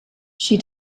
she